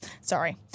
sorry